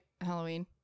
Halloween